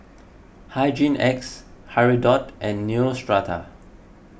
Hygin X Hirudoid and Neostrata